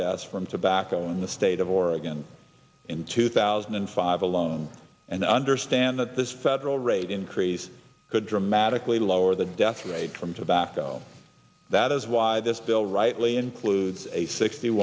deaths from tobacco in the state of oregon in two thousand and five alone and understand that this federal rate increase could dramatically lower the death rate from tobacco that is why this bill rightly includes a sixty